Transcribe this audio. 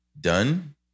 done